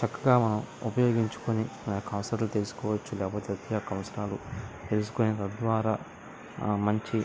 చక్కగా మనం ఉపయోగించుకుని మన అవసరతులు తెలుసుకోవచ్చు లేకపోతే ఆ అవసరాలు తెలుసుకుని తద్వారా మంచి